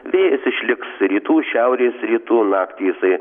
vėjas išliks rytų šiaurės rytų naktį jisai